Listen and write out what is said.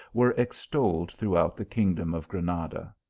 were extolled throughout the kingdom of granada.